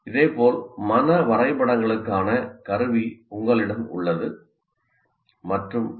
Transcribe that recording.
இதேபோல் மன வரைபடங்களுக்கான கருவி உங்களிடம் உள்ளது மற்றும் பல